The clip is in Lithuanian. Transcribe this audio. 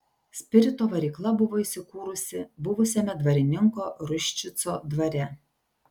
spirito varykla buvo įsikūrusi buvusiame dvarininko ruščico dvare